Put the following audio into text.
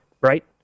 right